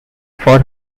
for